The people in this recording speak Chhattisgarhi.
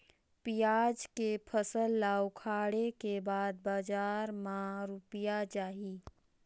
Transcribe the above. पियाज के फसल ला उखाड़े के बाद बजार मा रुपिया जाही?